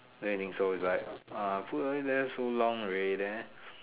then I think so it's like ah put down there so long already there